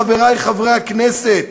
חברי חברי הכנסת,